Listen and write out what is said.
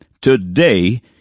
Today